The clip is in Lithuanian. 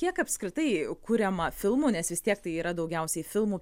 kiek apskritai kuriama filmų nes vis tiek tai yra daugiausiai filmų